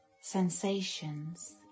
sensations